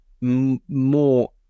more